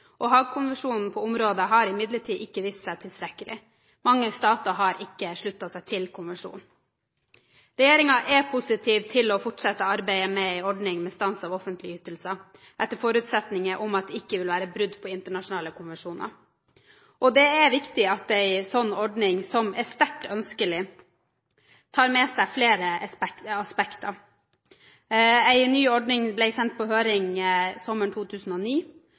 på området har imidlertid ikke vist seg tilstrekkelig. Mange stater har ikke sluttet seg til konvensjonen. Regjeringen er positiv til å fortsette arbeidet med en ordning med stans av offentlige ytelser etter forutsetninger om at det ikke vil være brudd på internasjonale konvensjoner. Det er viktig at det i en slik ordning, som er sterkt ønskelig, tas med flere aspekter. Forslag til en ny ordning ble sendt på høring sommeren 2009,